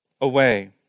away